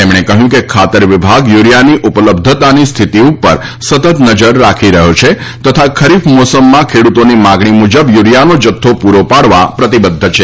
તેમણે કહ્યું કે ખાતર વિભાગ યુરીયાની ઉપલબ્ધતાની સ્થિતિ ઉપર સતત નજર રાખી રહ્યો છે તથા ખરીફ મોસમમાં ખેડૂતોની માગણી મુજબ યુરિયાનો જથ્થો પૂરો પાડવા પ્રતિબદ્ધ છે